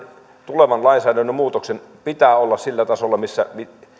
tulevan lainsäädännön muutoksen pitää olla sillä tasolla millä